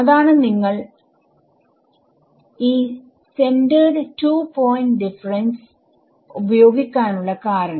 അതാണ് നിങ്ങൾ ഈ സെന്റർഡ് 2 പോയിന്റ് ഡിഫറെൻസ് ഉപയോഗിക്കാനുള്ള കാരണം